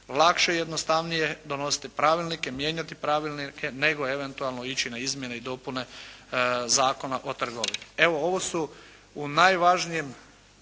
lakše i jednostavnije donositi pravilnike, mijenjati pravilnike nego eventualno ići na izmjene i dopune Zakona o trgovini. Evo, ovo su u najkraćim